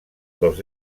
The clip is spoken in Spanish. los